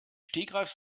stegreif